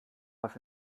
was